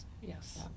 Yes